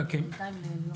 ליאור